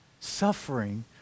suffering